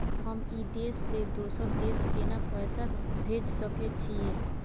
हम ई देश से दोसर देश केना पैसा भेज सके छिए?